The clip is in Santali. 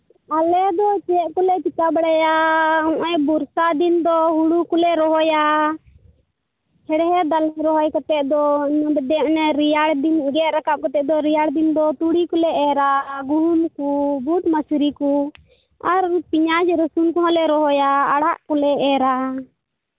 ᱟᱞᱮ ᱫᱚ ᱪᱮᱫ ᱠᱚᱞᱮ ᱪᱤᱠᱟᱹ ᱵᱟᱲᱟᱭᱟ ᱱᱚᱜᱼᱚᱭ ᱵᱚᱨᱥᱟ ᱫᱤᱱ ᱫᱚ ᱦᱩᱲᱩ ᱠᱚᱞᱮ ᱨᱚᱦᱚᱭᱟ ᱦᱮᱲᱦᱮᱫ ᱟᱞᱮ ᱨᱚᱦᱚᱭ ᱠᱟᱛᱮᱫ ᱫᱚ ᱤᱱᱟᱹ ᱵᱟᱫᱮ ᱚᱱᱮ ᱨᱮᱭᱟᱲ ᱫᱤᱱ ᱜᱮᱫ ᱨᱟᱠᱟᱵ ᱠᱟᱛᱮᱫ ᱫᱚ ᱨᱮᱭᱟᱲ ᱫᱤᱱ ᱫᱚ ᱛᱩᱲᱤ ᱠᱚᱞᱮ ᱮᱨᱟ ᱜᱩᱦᱩᱢ ᱠᱚ ᱵᱟᱹᱫᱽ ᱢᱟᱹᱥᱨᱤ ᱠᱚ ᱟᱨ ᱦᱚᱸ ᱯᱮᱸᱭᱟᱡᱽ ᱨᱟᱹᱥᱩᱱ ᱠᱚ ᱦᱚᱸ ᱞᱮ ᱨᱚᱦᱚᱭᱟ ᱟᱲᱟᱜ ᱠᱚᱞᱮ ᱮᱨᱟ